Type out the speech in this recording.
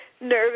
nervous